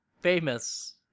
famous